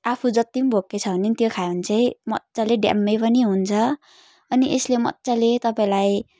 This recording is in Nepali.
आफू जति पनि भोकै छ भनेम् त्यो खायो भने चाहिँ मज्जाले ड्याम्मै पनि हुन्छ अनि यसले मज्जाले तपाईँलाई